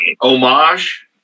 homage